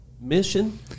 mission